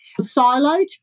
siloed